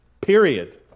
Period